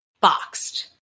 boxed